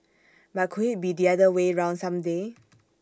but could IT be the other way round some day